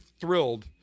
thrilled